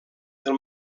del